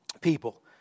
people